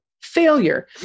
failure